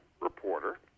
reporter